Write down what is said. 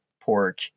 pork